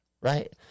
right